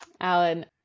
Alan